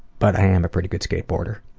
but i am a pretty good skateboarder.